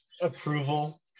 approval